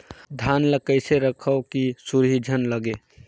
धान ल कइसे रखव कि सुरही झन लगे?